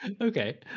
Okay